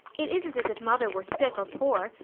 it isn't as if mother were sick or poor,